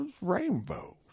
rainbows